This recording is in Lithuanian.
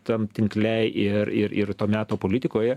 tam tinkle ir ir ir to meto politikoje